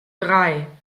drei